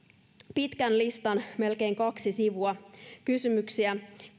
pitkän listan melkein kaksi sivua kysymyksiä